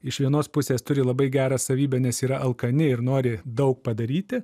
iš vienos pusės turi labai gerą savybę nes yra alkani ir nori daug padaryti